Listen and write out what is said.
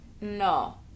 No